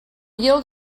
yield